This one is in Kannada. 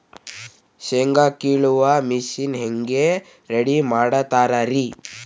ಶೇಂಗಾ ಕೇಳುವ ಮಿಷನ್ ಹೆಂಗ್ ರೆಡಿ ಮಾಡತಾರ ರಿ?